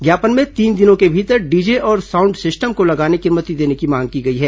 ज्ञापन में तीन दिनों के भीतर डीजे और साउंड सिस्टम को लगाने की अनुमति देने की मांग की गई है